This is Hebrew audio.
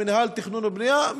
הוגשה למינהל תכנון ובנייה,